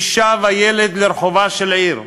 אישה וילד לרחובה של עיר?